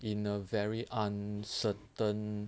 in a very uncertain